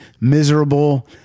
miserable